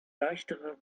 leichtere